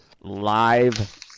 live